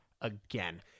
again